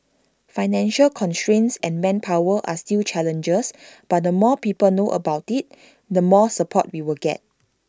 financial constraints and manpower are still challenges but the more people know about IT the more support we will get